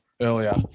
earlier